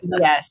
Yes